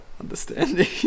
understanding